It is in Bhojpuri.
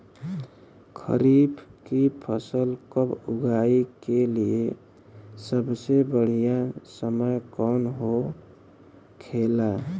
खरीफ की फसल कब उगाई के लिए सबसे बढ़ियां समय कौन हो खेला?